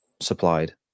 supplied